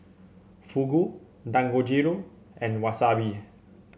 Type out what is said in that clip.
Fugu Dangojiru and Wasabi